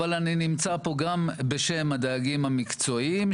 אבל אני נמצא פה גם בשם הדייגים המקצועיים,